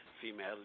female